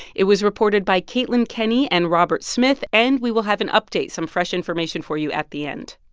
it was reported by caitlin kenney and robert smith. and we will have an update, some fresh information for you, at the end